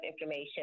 information